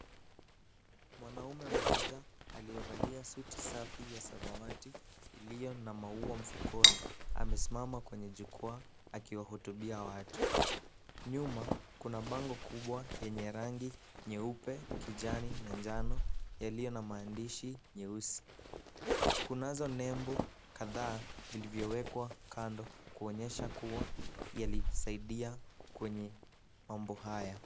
Mwanaume mmoja aliyevalia suti safi ya samawati, iliyo na maua mfukoni, amesimama kwenye jukwaa, akiwahutubia watu. Nyuma kuna bango kubwa lenye rangi nyeupe, kijani na njano yaliyo na maandishi meusi. Kuanzia nembo kadhaa zilizowekwa kando kuonyesha kuwa, yalisaidia kwenye mambo haya.